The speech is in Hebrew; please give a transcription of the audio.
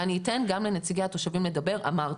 ואני אתן גם לנציגי התושבים לדבר, אמרתי.